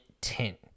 tint